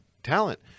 talent